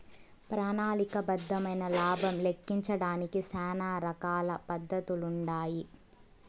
ప్రణాళిక బద్దమైన లాబం లెక్కించడానికి శానా రకాల పద్దతులుండాయి